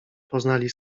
poznali